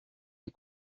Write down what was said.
les